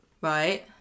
Right